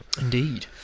Indeed